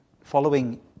following